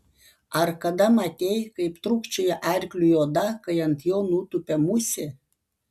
ar kada matei kaip trūkčioja arkliui oda kai ant jo nutupia musė